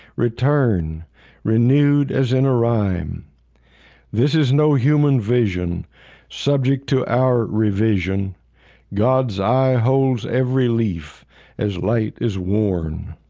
return renewed, as in rhyme this is no human vision subject to our revision god's eye holds every leaf as light is worn